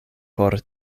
por